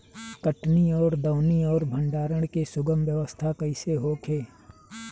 कटनी और दौनी और भंडारण के सुगम व्यवस्था कईसे होखे?